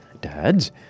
Dads